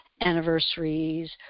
anniversaries